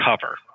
cover